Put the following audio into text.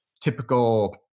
typical